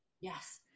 yes